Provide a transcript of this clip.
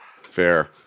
fair